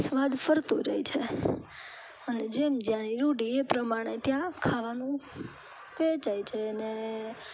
સ્વાદ ફરતો રહે છે અને જેમ જ્યાંની રૂઢી એ પ્રમાણે ત્યાં ખાવાનું વેચાય છે અને